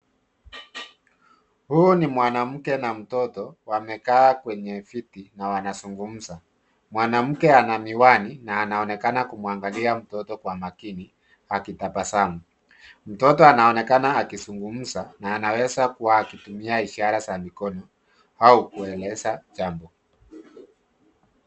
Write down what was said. Huu ni mwanamke na mtoto, wamekaa kwenye viti na wanazungumza. Mwanamke ana miwani, na anaonekana kumwangalia mtoto kwa makini akitabasamu. Mtoto anaonekana akizungumza, na anaweza kuwa akitumia ishara za mikono au kueleza jambo.